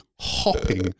hopping